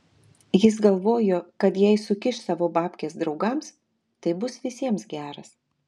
jis galvojo kad jei sukiš savo babkes draugams tai bus visiems geras